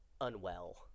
unwell